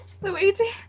Luigi